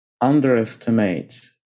Underestimate